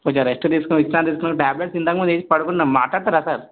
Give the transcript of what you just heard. కొంచెం రెస్ట్ తీసుకుని విశ్రాంతి తీసుకుని టాబ్లెట్స్ ఇంతకుముందు వేసి పడుకున్నాడు మాట్లాడతారా సార్